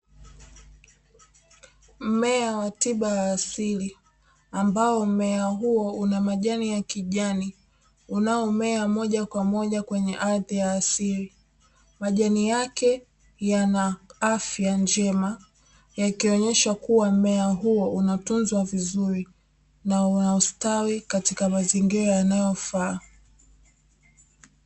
Mmea wa tiba ya asili, ambao mmea huo una majani ya kijani, unaomea moja kwa moja kwenye ardhi ya asili. Majani yake yana afya njema, yakionyesha kuwa mmea huo unatunzwa vizuri na unastwi katika mazingira yanayofaa.